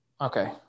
Okay